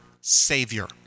Savior